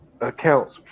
accounts